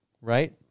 right